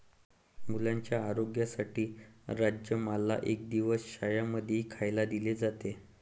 मुलांच्या आरोग्यासाठी राजमाला एक दिवस शाळां मध्येही खायला दिले जाते